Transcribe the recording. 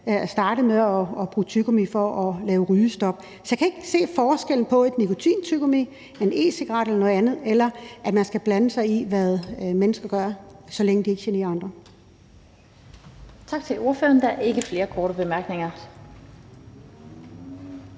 startet med at bruge tyggegummi for at lave rygestop. Så jeg kan ikke se forskellen på et stykke nikotintyggegummi og en e-cigaret eller noget andet, eller at man skal blande sig i, hvad mennesker gør, så længe de ikke generer andre. Kl. 16:57 Den fg. formand (Annette Lind): Tak til ordføreren. Der er ikke flere korte bemærkninger.